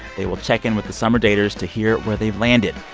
they will check in with the summer daters to hear where they've landed.